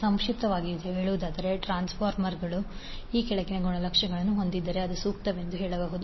ಸಂಕ್ಷಿಪ್ತವಾಗಿ ಹೇಳುವುದಾದರೆ ಟ್ರಾನ್ಸ್ಫಾರ್ಮರ್ ಈ ಕೆಳಗಿನ ಗುಣಲಕ್ಷಣಗಳನ್ನು ಹೊಂದಿದ್ದರೆ ಅದು ಸೂಕ್ತವೆಂದು ಹೇಳಬಹುದು